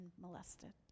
molested